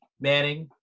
Manning